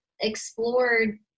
explored